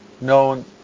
known